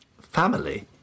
family